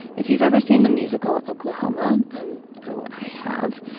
if you've ever seen the musical oklahoma, and oh i have,